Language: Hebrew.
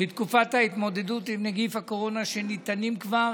בתקופת ההתמודדות עם נגיף הקורונה, שניתנים כבר